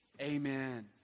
amen